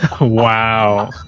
Wow